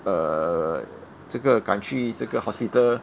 err 这个赶去这个 hospital